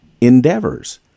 endeavors